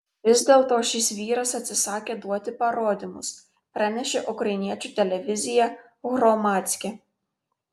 vis dėlto šis vyras atsisakė duoti parodymus pranešė ukrainiečių televizija hromadske